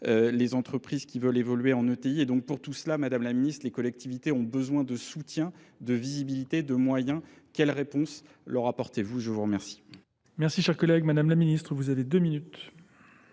des entreprises qui veulent évoluer en ETI. Et donc pour tout cela, Madame la Ministre, les collectivités ont besoin de soutien, de visibilité, de moyens. Quelles réponses leur apportez-vous ? Je vous remercie. Merci, cher collègue. Madame la Ministre, vous avez deux minutes.